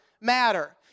matter